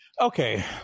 Okay